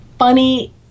funny